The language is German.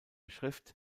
schrift